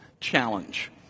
challenge